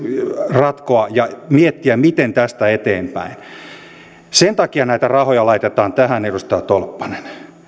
ratkoa ja miettiä miten tästä eteenpäin sen takia näitä rahoja laitetaan tähän edustaja tolppanen